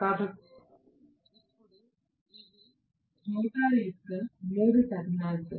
కాబట్టి ఇప్పుడు ఇవి రోటర్ యొక్క మూడు టెర్మినల్స్